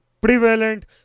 prevalent